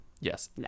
Yes